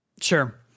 Sure